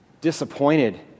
disappointed